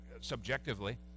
subjectively